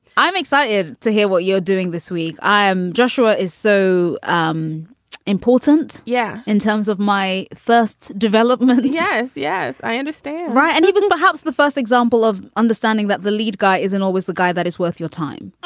i'm excited to hear what you're doing this week i am. joshua is so um important. yeah. in terms of my first development yes. yes, i understand. right and he was perhaps the first example of understanding that the lead guy isn't always the guy that is worth your time